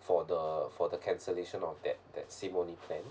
for the for the cancellation of that that SIM only plan